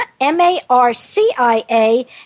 M-A-R-C-I-A